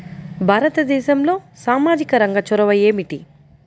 భారతదేశంలో సామాజిక రంగ చొరవ ఏమిటి?